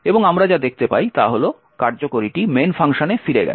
এবং আমরা যা দেখতে পাই তা হল কার্যকরীটি main ফাংশনে ফিরে গেছে